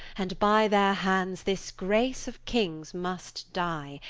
and by their hands, this grace of kings must dye.